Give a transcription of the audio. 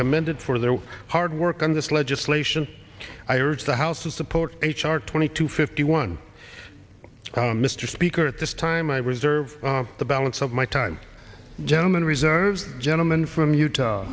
commended for their hard work on this legislation i urge the house to support h r twenty two fifty one mr speaker at this time i reserve the balance of my time gentleman reserves gentleman from utah